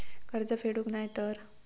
कर्ज फेडूक नाय तर?